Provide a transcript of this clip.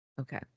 Okay